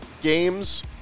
games